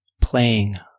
playing